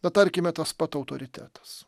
bet tarkime tas pats autoritetas